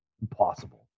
Impossible